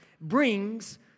brings